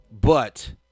But-